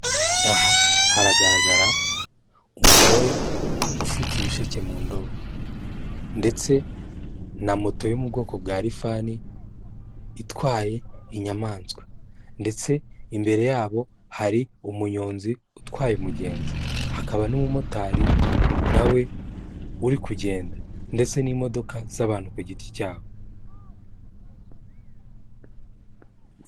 Aha haragaragara umugore ufite ibisheke mu ndobo ndetse na moto yo mu bwoko bwa lifani itwaye inyamaswa ndetse imbere yabo hari umunyonzi utwaye umugenzi, hakaba n'umumotari nawe uri kugenda ndetse n'imodoka z'abantu ku giti cyabo.